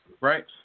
right